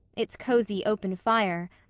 its cosy open fire,